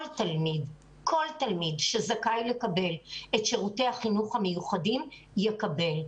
תלמיד שזכאי לקבל את שירותי החינוך המיוחדים יקבל.